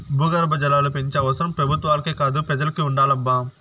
భూగర్భ జలాలు పెంచే అవసరం పెబుత్వాలకే కాదు పెజలకి ఉండాలబ్బా